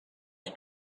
his